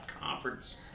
Conference